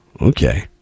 okay